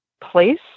place